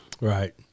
Right